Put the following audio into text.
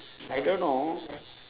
I don't know